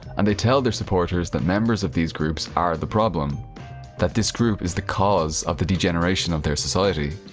and they tell their supporters that members of these groups are the problem that this group is the cause of the degeneration of their society.